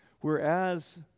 Whereas